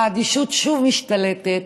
האדישות שוב משתלטת,